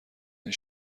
این